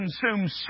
consume